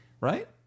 right